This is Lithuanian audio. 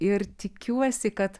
ir tikiuosi kad